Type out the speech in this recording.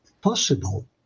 possible